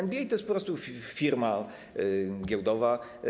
NBA to jest po prostu firma giełdowa.